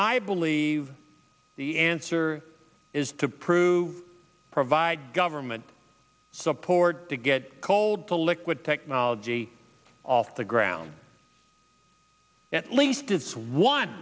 i believe the answer is to prove provide government support to get cold the liquid technology off the ground at least it's one